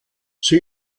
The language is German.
sie